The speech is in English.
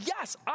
Yes